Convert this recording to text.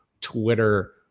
Twitter